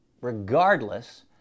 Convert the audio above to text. regardless